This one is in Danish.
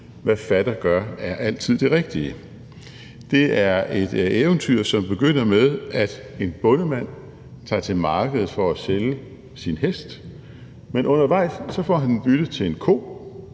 »Hvad fatter gør, det er altid det rigtige«. Det er et eventyr, som begynder med, at en bondemand tager til markedet for at sælge sin hest, men undervejs får han den byttet til en ko,